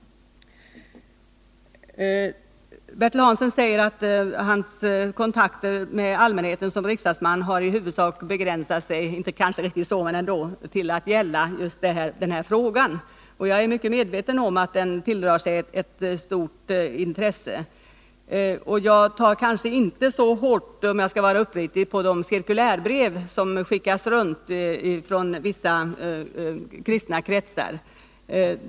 Bertil Hansson säger att hans kontakter med allmänheten i hans egenskap av riksdagsman i huvudsak har begränsat sig till att gälla just den här frågan. Ja, han sade kanske inte riktigt så men någonting ditåt. Jag är medveten om att den här frågan tilldrar sig ett stort intresse, men om jag skall vara uppriktig får jag säga att jag kanske inte tar så hårt på de cirkulärbrev som skickas runt från vissa kristna kretsar.